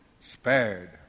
spared